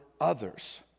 others